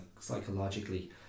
psychologically